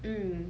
mm